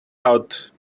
out